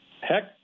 heck